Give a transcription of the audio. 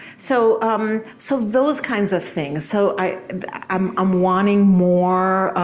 so um so those kinds of things. so i'm um um wanting more,